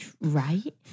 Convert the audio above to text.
right